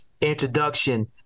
introduction